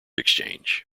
exchange